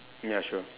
ya sure